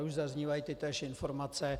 Už zaznívají tytéž informace.